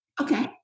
okay